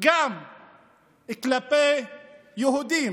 גם כלפי יהודים.